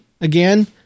again